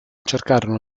cercarono